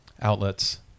outlets